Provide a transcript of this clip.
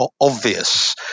obvious